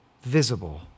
visible